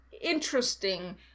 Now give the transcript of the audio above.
interesting